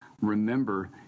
remember